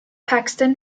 paxton